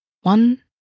One